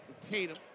Tatum